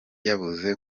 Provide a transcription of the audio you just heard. yabuze